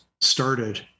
started